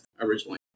originally